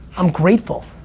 i'm grateful.